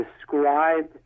described